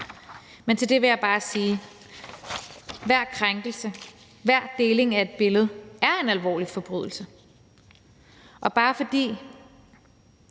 Men til det vil jeg bare sige: Hver krænkelse, hver deling af et billede er en alvorlig forbrydelse, og bare fordi